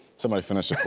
somebody finish it for